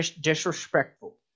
Disrespectful